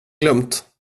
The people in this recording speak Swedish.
glömt